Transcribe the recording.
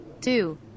two